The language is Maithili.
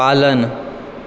पालन